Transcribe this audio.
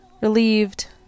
relieved